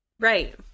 right